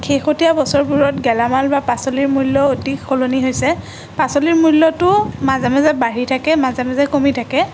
শেহতীয়া বছৰবোৰত গেলামাল বা পাচলিৰ মূল্য অতি সলনি হৈছে পাচলিৰ মূল্যটো মাজে মাজে বাঢ়ি থাকে মাজে মাজে কমি থাকে